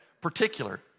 Particular